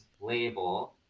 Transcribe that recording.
label